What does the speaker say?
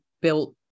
built